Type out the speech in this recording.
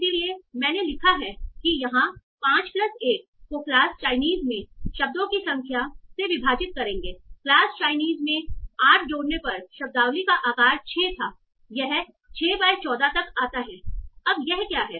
इसलिए मैंने लिखा है कि यहां 5 प्लस 1 को क्लास चाइनीस में शब्दों की संख्या से विभाजित करेंगे क्लास चाइनीस में 8 जोड़ने पर शब्दावली का आकार 6 था यह 6 बाय 14 तक आता है अब यह क्या है